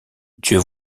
dieu